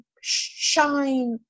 shine